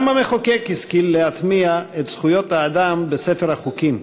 גם המחוקק השכיל להטמיע את זכויות האדם בספר החוקים,